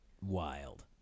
wild